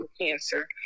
cancer